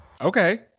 Okay